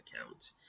account